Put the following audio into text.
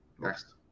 Next